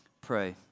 pray